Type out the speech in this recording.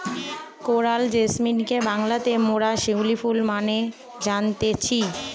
coral জেসমিনকে বাংলাতে মোরা শিউলি ফুল মানে জানতেছি